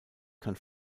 kann